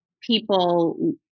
people